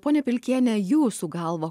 ponia pilkiene jūsų galva